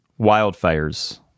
Wildfires